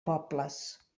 pobles